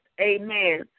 Amen